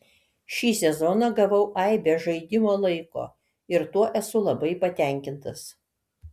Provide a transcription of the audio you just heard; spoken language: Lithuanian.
šį sezoną gavau aibę žaidimo laiko ir tuo esu labai patenkintas